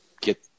get